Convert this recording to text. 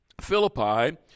Philippi